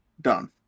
Done